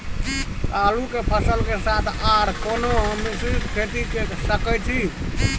आलू के फसल के साथ आर कोनो मिश्रित खेती के सकैछि?